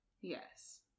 Yes